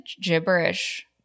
gibberish